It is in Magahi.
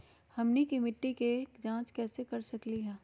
हमनी के मिट्टी के जाँच कैसे कर सकीले है?